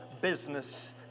business